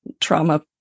trauma